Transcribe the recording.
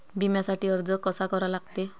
बिम्यासाठी अर्ज कसा करा लागते?